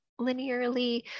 linearly